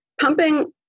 Pumping